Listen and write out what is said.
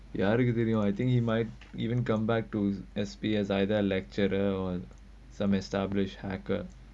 யாருக்கு தெரியும்:yaarukku theriyum or I think he might even come back to S_P as either lecturer on some established hacker